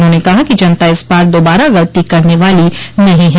उन्होंने कहा कि जनता इस बार दोबारा गलती करने वाली नहीं है